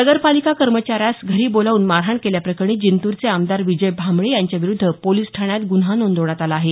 नगर पालिका कर्मचाऱ्यास घरी बोलावून मारहाण केल्या प्रकरणी जिंतूरचे आमदार विजय भांबळे यांच्याविरूद्ध पोलिस ठाण्यात गुन्हा नोंदवण्यात आला आहे